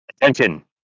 attention